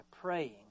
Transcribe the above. praying